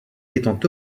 étant